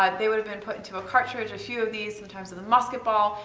ah they would have been put into a cartridge, a few of these, sometimes with a musket ball,